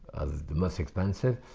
ah the most expensive.